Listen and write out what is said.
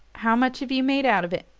how much have you made out of it?